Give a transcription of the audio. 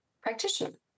practitioner